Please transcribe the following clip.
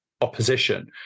opposition